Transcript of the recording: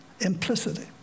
implicitly